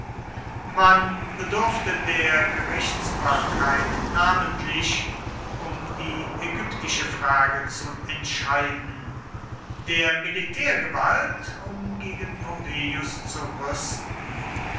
man bedurfte der gerichtsbarkeit namentlich um die ägyptische frage zu entscheiden der militärgewalt um gegen pompeius zu rüsten